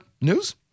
news